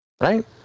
Right